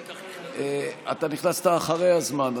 אתה נכנסת אחרי הזמן,